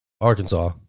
Arkansas